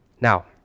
Now